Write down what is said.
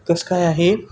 कसं काय आहे